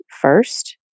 first